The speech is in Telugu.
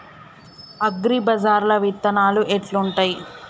అగ్రిబజార్ల విత్తనాలు ఎట్లుంటయ్?